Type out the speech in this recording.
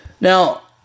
now